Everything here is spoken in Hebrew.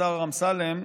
השר אמסלם,